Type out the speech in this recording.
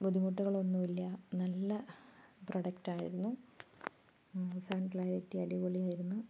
ബുദ്ധിമുട്ടുകളൊന്നുമില്ല നല്ല പ്രൊഡക്ടായിരുന്നു sound clarity അടിപൊളി ആയിരുന്നു